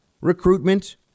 recruitment